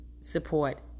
support